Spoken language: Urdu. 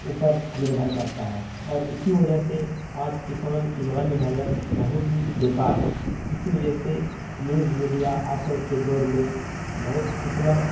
اوپر نربھر کرتا ہے اور اسی وجہ سے آج کسان کی مالی حالت بہت ہی بیکار ہے اسی وجہ سے نیوز میڈیا آج کل کے دور میں بہت فتنہ